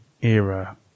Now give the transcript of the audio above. era